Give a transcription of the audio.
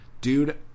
Dude